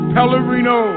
Pellerino